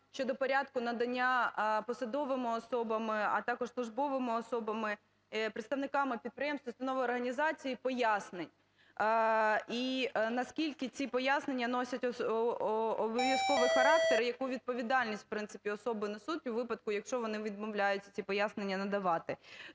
щодо порядку надання посадовими особами, а також службовими особами, представниками підприємств, установ і організацій пояснень і наскільки ці пояснення носять обов'язковий характер, і яку відповідальність, в принципі, особи несуть у випадку, якщо вони відмовляються ці пояснення надавати.